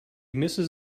misses